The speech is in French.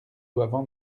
doivent